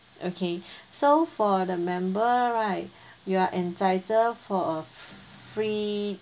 okay so for the member right you are entitled for a fr~ free